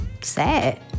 sad